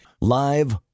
Live